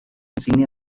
insignia